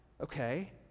okay